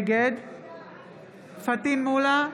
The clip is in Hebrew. נגד פטין מולא,